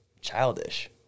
childish